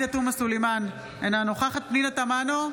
עאידה תומא סלימאן, אינה נוכחת פנינה תמנו,